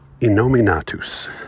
Inominatus